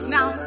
Now